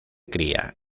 cría